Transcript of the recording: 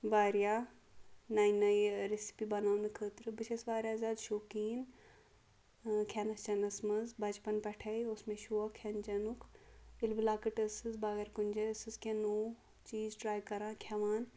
واریاہ نٔیہِ نٔیہِ ریٚسپی بَناونہٕ خٲطرٕ بہٕ چھَس واریاہ زیادٕ شوقیٖن کھیٚنَس چَیٚنَس مَنٛز بَچپَن پیٚٹھٕے اوس مےٚ شوق کھیٚن چیٚنُک ییٚلہِ بہٕ لۅکٕٹۍ ٲسٕس بہٕ اگر کُنہِ جایہِ ٲسٕسم کیٚنٛہہ نوٚو چیٖز ٹرٛے کَران کھیٚوان